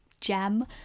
gem